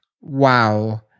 wow